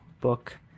book